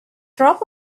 drop